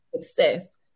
success